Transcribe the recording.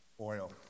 oil